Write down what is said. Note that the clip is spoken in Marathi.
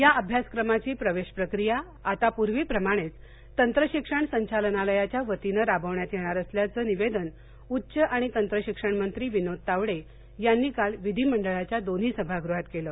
या अभ्यासक्रमाची प्रवेशप्रक्रिया आता पूर्वीप्रमाणेच तंत्रशिक्षण संचालनालयाच्या वतीनं राबवण्यात येणार असल्याचं निवेदन उज्ज्व आणि तंत्र शिक्षण मंत्री विनोद तावडे यांनी काल विधिमंडळाच्या दोन्ही सभागृहात केलं